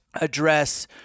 address